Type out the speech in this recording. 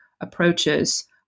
approaches